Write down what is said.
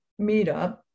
meetup